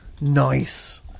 Nice